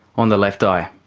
on the left eye.